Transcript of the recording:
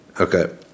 Okay